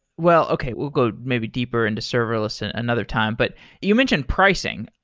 well okay, we'll go maybe deeper into serverless and another time. but you mentioned pricing.